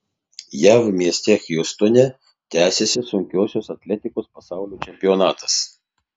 jav mieste hjustone tęsiasi sunkiosios atletikos pasaulio čempionatas